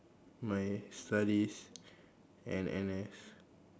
my studies and N_S